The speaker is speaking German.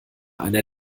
einer